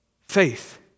Faith